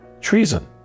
treason